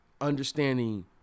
understanding